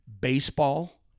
baseball